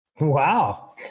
Wow